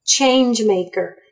Changemaker